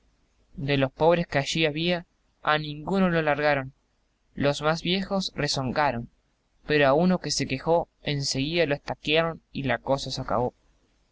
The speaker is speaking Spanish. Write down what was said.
de los pobres que allí había a ninguno lo largaron los más viejos rezongaron pero a uno que se quejó en seguida lo estaquiaron y la cosa se acabó